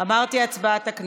להעביר את הצעת חוק